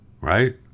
right